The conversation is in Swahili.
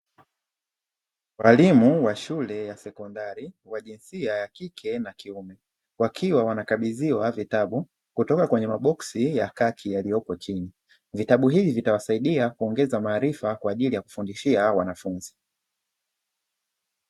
Waalimu wa shule ya sekondari wa jinsia ya kike na kiume, wakiwa wanakabidhiwa vitabu kutoka kwenye maboksi ya kaki yaliyopo chini. Vitabu hivi vitawasaidia kuongeza maarifa kwa ajili ya kufundishia wanafunzi.